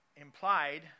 implied